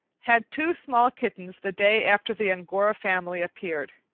had two small kittens the day after the angora family appeared.